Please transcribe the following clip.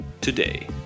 today